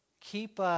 Keep